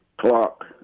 clock